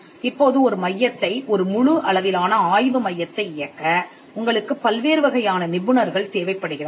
இப்போது ஒரு மையத்தை ஒரு முழு அளவிலான ஆய்வு மையத்தை இயக்க உங்களுக்குப் பல்வேறு வகையான நிபுணர்கள் தேவைப்படுகிறார்கள்